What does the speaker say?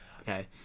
Okay